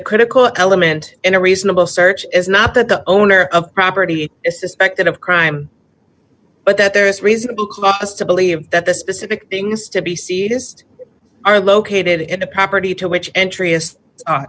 critical element in a reasonable search is not that the owner of property is suspected of crime but that there is reasonable cause to believe that the specific things to be seized are located in a property to which